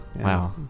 Wow